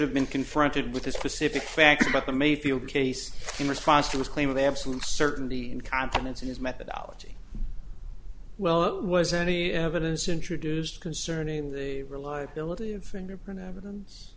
have been confronted with the specific facts about the mayfield case in response to his claim of absolute certainty and confidence in his methodology well it was any evidence introduced concerning the reliability of fingerprint evidence